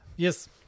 Yes